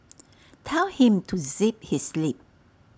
tell him to zip his lip